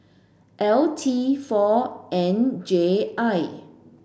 L T four N J I